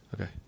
okay